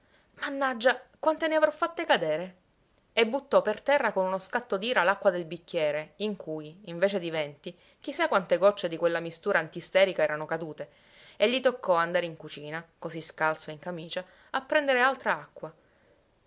mannaggia quante ne avrò fatte cadere e buttò per terra con uno scatto d'ira l'acqua del bicchiere in cui invece di venti chi sa quante gocce di quella mistura antisterica erano cadute e gli toccò andare in cucina così scalzo e in camicia a prendere altra acqua